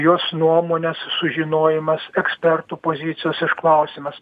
jos nuomonės sužinojimas ekspertų pozicijos išklausymas